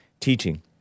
teaching